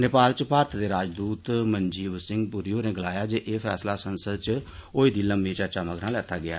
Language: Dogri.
नेपाल च भारत दे राजदूत मनजीव सिंह पुरी होरें गलाया जे एह् फैसला संसद च होई दी लम्मी चर्चा मगरा लैता गेआ